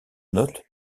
notes